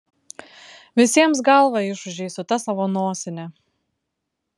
visiems galvą išūžei su ta savo nosine